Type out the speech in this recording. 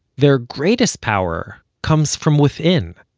their greatest power comes from within.